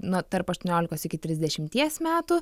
na tarp aštuoniolikos iki trisdešimties metų